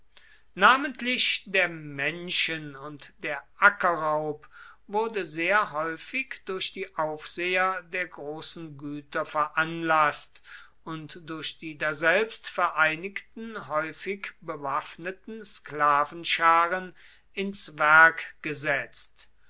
namentlich der menschen und der ackerraub wurde sehr häufig durch die aufseher der großen güter veranlaßt und durch die daselbst vereinigten häufig bewaffneten sklavenscharen ins werk gesetzt